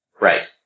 Right